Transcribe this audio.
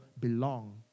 belong